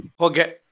Okay